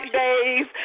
days